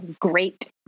great